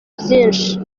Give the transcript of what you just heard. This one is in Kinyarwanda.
byinshi